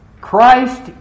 Christ